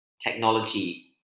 technology